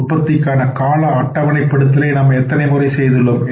உற்பத்திக்கான கால அட்டவணை படுத்தலை நாம் எத்தனை முறை செய்துள்ளோம்